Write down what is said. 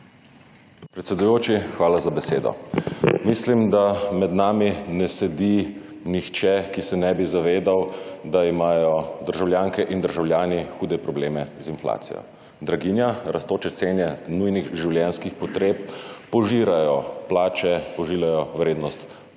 Predsedujoči, hvala za besedo. Mislim, da med nami ne sedi nihče, ki se ne bi zavedal, da imajo državljanke in državljani hude probleme z inflacijo. Draginja, rastoče cene nujnih življenjskih potreb požirajo plače, požirajo vrednost